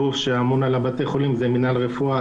הגוף שאמון על בתי החולים הוא מינהל רפואה,